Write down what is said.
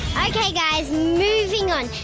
ok guys moving on.